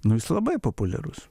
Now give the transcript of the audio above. nu jis labai populiarus